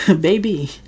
Baby